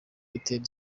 bitera